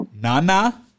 nana